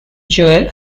joel